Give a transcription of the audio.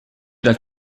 dal